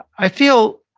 i feel,